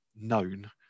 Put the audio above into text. known